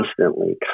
constantly